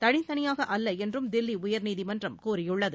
தனித்தனியாக அல்ல என்றும் தில்லி உயர்நீதிமன்றம் கூறியுள்ளது